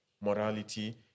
morality